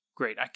great